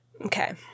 Okay